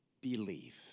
Believe